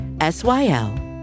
S-Y-L